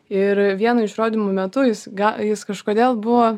ir vieno iš rodymų metu jis ga jis kažkodėl buvo